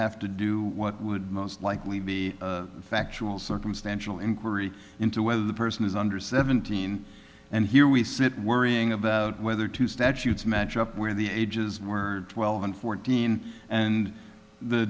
have to do what would most likely be factual circumstantial inquiry into whether the person is under seventeen and here we sit worrying about whether two statutes match up where the ages were twelve and fourteen and the